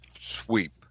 sweep